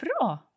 bra